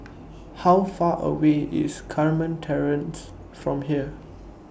How Far away IS Carmen Terrace from here